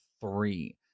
three